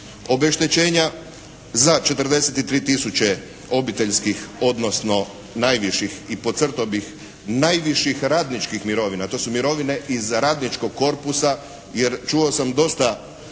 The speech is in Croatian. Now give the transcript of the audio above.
obeštećenja za 43 tisuća obiteljskih odnosno najviših i podcrtao bih najviših radničkih mirovina. To su mirovine iz radničkog korpusa, jer čuo sam dosta